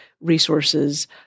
resources